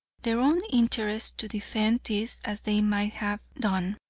their own interests to defend these as they might have done.